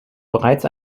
bereits